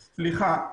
סליחה,